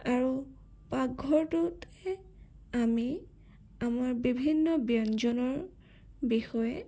আৰু পাকঘৰটোতে আমি আমাৰ বিভিন্ন ব্যঞ্জনৰ বিষয়ে